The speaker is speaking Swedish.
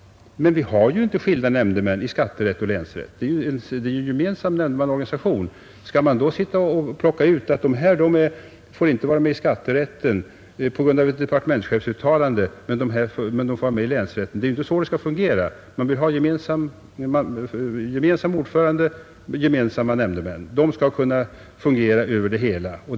Men vi har ju inte skilda nämndemän i länsskatterätt och länsrätt. Det är en gemensam nämndemannaorganisation. Skall man då på grund av ett departementschefsuttalande plocka ut vissa som inte får vara med i länsskatterätten? Det är inte så det skall fungera när man vill ha gemensam ordförande och gemensamma nämndemän. De skall kunna verka över hela fältet.